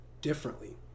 differently